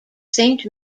saint